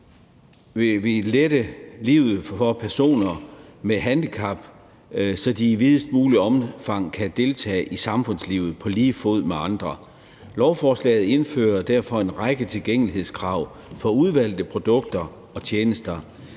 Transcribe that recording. vil lette livet for personer med handicap, så de i videst muligt omfang kan deltage i samfundslivet på lige fod med andre. Lovforslaget indfører derfor en række tilgængelighedskrav for udvalgte produkter og tjenester.